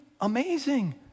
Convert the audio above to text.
Amazing